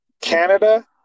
Canada